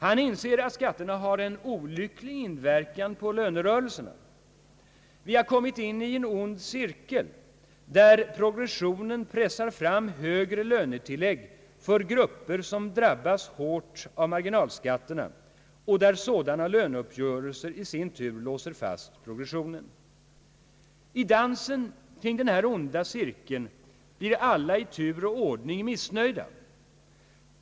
Han inser att skatterna har en olycklig inverkan på lönerörelserna. Vi har kommit in i en ond cirkel där progressionen pressat fram högre lönetillägg för grupper som drabbas hårt av marginalskatterna och där sådana löneuppgörelser i sin tur låser fast progressionen. I dansen kring den här onda cirkeln blir alla i tur och ordning missnöjda.